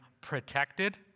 protected